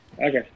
Okay